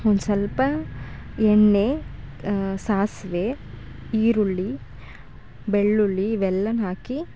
ಒಂದು ಸ್ವಲ್ಪ ಎಣ್ಣೆ ಸಾಸಿವೆ ಈರುಳ್ಳಿ ಬೆಳ್ಳುಳ್ಳಿ ಇವೆಲ್ಲನು ಹಾಕಿ